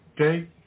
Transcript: okay